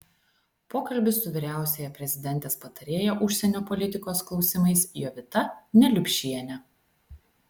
pokalbis su vyriausiąja prezidentės patarėja užsienio politikos klausimais jovita neliupšiene